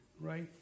right